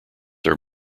are